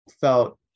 felt